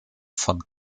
von